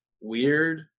weird